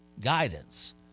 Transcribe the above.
guidance